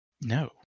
No